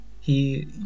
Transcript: he-